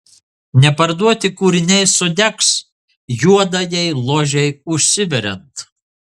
neparduoti kūriniai sudegs juodajai ložei užsiveriant